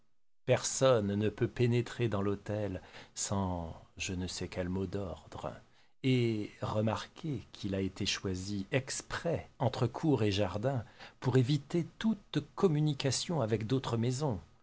personne ne peut pénétrer dans l'hôtel sans je ne sais quel mot d'ordre et remarquez qu'il a été choisi exprès entre cour et jardin pour éviter toute communication avec d'autres maisons